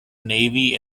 navy